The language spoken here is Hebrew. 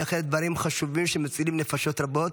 בהחלט דברים חשובים, שמצילים נפשות רבות.